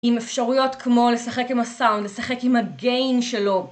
עם אפשרויות כמו לשחק עם הסאונד, לשחק עם הגיין שלו.